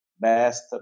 best